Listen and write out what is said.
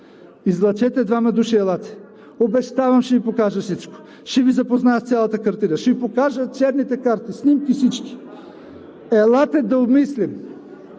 Излъчете двама души и елате. Обещавам, ще Ви покажа всичко. Ще Ви запозная с цялата картина, ще Ви покажа черните карти, всички снимки. Елате да обмислим